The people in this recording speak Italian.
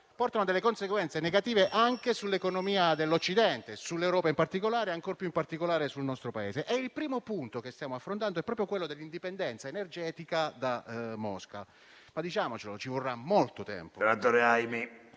portano a delle conseguenze negative anche sull'economia dell'Occidente, sull'Europa in particolare e ancor più in particolare sul nostro Paese. Il primo punto che stiamo affrontando è proprio quello dell'indipendenza energetica da Mosca. Ma - diciamocelo - ci vorrà molto tempo.